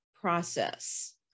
process